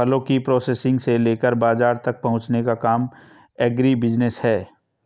फलों के प्रोसेसिंग से लेकर बाजार तक पहुंचने का काम एग्रीबिजनेस है